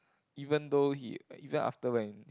even though he even after when